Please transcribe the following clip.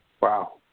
Wow